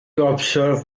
observed